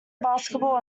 basketball